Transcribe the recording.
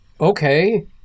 okay